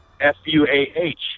F-U-A-H